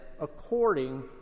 according